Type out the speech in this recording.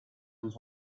was